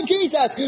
Jesus